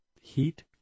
heat